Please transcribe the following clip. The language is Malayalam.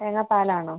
തേങ്ങാപ്പാലാണോ